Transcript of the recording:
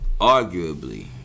Arguably